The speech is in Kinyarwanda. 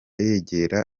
yegera